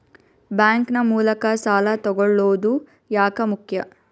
Bank ನ ಮೂಲಕ ಸಾಲ ತಗೊಳ್ಳೋದು ಯಾಕ ಮುಖ್ಯ?